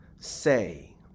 say